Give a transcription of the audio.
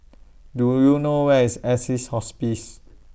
Do YOU know Where IS Assisi's Hospice